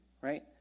right